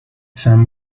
some